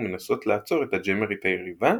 ומנסות לעצור את הג'אמרית היריבה,